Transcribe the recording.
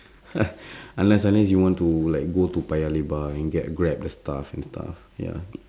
unless unless you want to like go to paya-lebar and get a grab the stuff and stuff ya